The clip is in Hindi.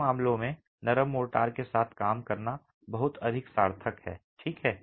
कई मामलों में नरम मोर्टार के साथ काम करना बहुत अधिक सार्थक है ठीक है